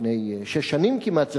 לפני שש שנים כמעט,